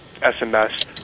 SMS